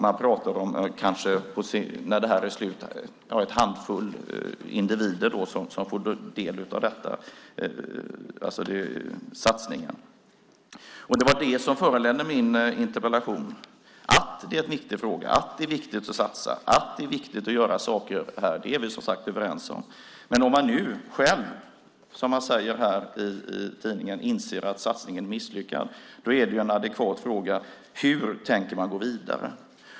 Man pratar om när det här är slut att ha en handfull individer som får del av denna satsning. Det var det som föranledde min interpellation: att det är en viktig fråga, att det är viktigt att satsa, att det är viktigt att göra saker här. Det är vi, som sagt, överens om. Men om man nu själv, som man säger i tidningen, inser att satsningen är misslyckad, är det en adekvat fråga hur man tänker gå vidare.